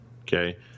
Okay